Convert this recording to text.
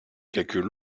quelques